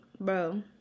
Bro